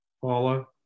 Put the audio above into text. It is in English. Paula